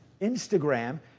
instagram